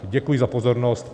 Děkuji za pozornost.